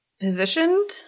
positioned